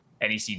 nec